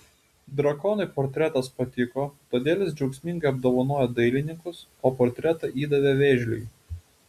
drakonui portretas patiko todėl jis džiaugsmingai apdovanojo dailininkus o portretą įdavė vėžliui